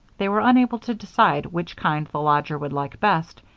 they were unable to decide which kind the lodger would like best,